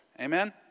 Amen